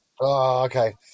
Okay